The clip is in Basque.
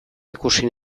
ikusi